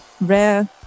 rare